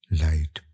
light